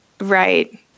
right